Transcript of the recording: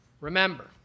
Remember